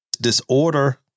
disorder